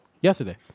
Yesterday